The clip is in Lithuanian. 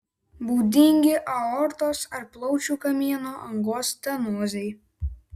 būdingi aortos ar plaučių kamieno angos stenozei